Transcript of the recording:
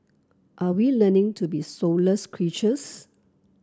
are we learning to be soulless creatures